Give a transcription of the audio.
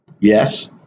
Yes